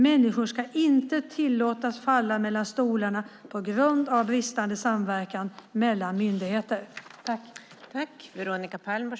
Människor ska inte tillåtas falla mellan stolarna på grund av bristande samverkan mellan myndigheter.